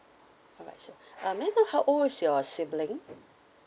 alright so uh may I know how old is your sibling